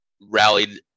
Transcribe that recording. rallied